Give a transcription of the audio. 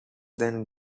then